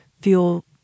feel